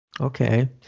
Okay